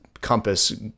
compass